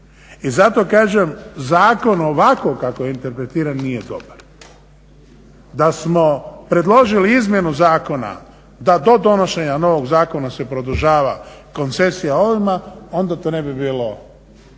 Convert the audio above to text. I zato kažem zakon ovako kako je interpretiran nije dobar. Da smo predložili izmjenu zakona, da do donošenja novog zakona se produžava koncesija ovima onda to ne bi bilo